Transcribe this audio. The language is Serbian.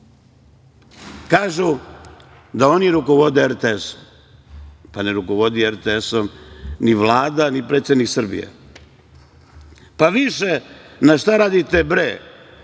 da oni rukovode RTS-om. Pa, ne rukovodi RTS-om ni Vlada ni predsednik Srbije. Na „Šta radite, bre“